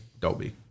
Dolby